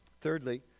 Thirdly